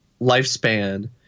lifespan